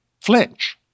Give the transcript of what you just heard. flinch